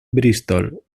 bristol